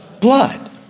blood